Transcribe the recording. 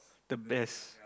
the best